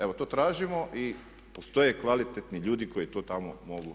Evo to tražimo i postoje kvalitetni ljudi koji to tamo mogu